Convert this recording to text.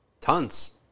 tons